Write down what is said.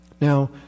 Now